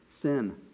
sin